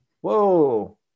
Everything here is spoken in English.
Whoa